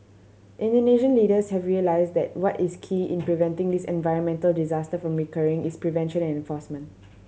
Indonesian leaders have realised that what is key in preventing this environmental disaster from recurring is prevention and enforcement